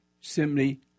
simply